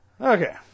Okay